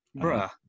bruh